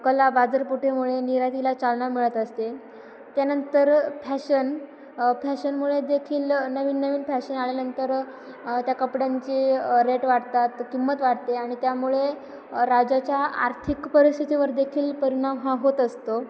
कला बाजारपेठेमुळे निर्यातीला चालना मिळत असते त्यानंतर फॅशन फॅशनमुळे देखील नवीन नवीन फॅशन आल्यानंतर त्या कपड्यांचे रेट वाढतात किंमत वाढते आणि त्यामुळे राज्याच्या आर्थिक परिस्थितीवर देखील परिणाम हा होत असतो